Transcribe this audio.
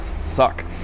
suck